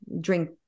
drink